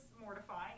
mortifying